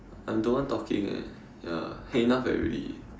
I'm the one talking eh ya had enough of that already